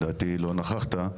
לדעתי לא נכחת,